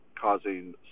causing